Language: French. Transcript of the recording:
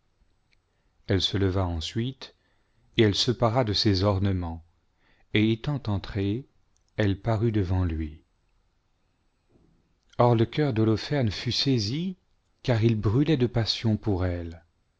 elle se leva ensuite et elle se para de ses ornements et étant entrée elle parut devant lui par le cœur d'holoferne fut saisi car u brûlait de passion pour elle